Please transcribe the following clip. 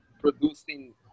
producing